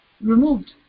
removed